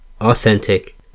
authentic